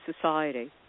society